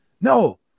no